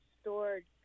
stored